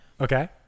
Okay